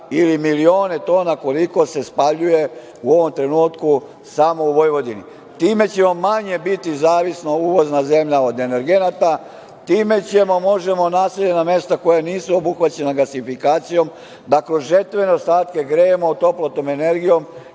ili milioni tona, koliko se spaljuje u ovom trenutku samo u Vojvodini. Time ćemo manje biti zavisno uvozna zemlja od energenata. Time možemo naseljena mesta koja nisu obuhvaćena gasifikacijom, da kroz žetvene ostatke grejemo toplotnom energijom